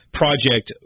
project